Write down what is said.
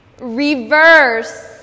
Reverse